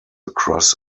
across